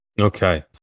Okay